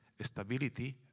stability